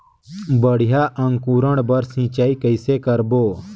बढ़िया अंकुरण बर सिंचाई कइसे करबो?